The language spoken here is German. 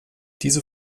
diese